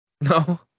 No